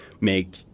make